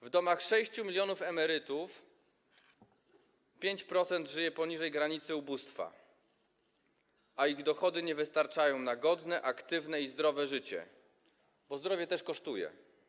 W domach 6 mln emerytów 5% żyje poniżej granicy ubóstwa, a ich dochody nie wystarczają na godne, aktywne i zdrowe życie, bo zdrowie też kosztuje.